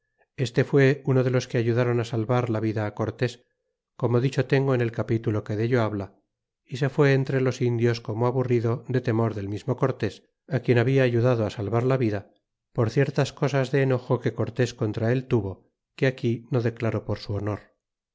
este fuó uno de los que ayudron salvar la vida cortés como dicho tengo en el capitulo que dello habla y se fu entre los indios como aburrido de temor del mismo cortés quien habla ayudado salvar la vida por ciertas cosas de enojo que cortés contra él tuvo que aquí no declaro por su honor